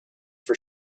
for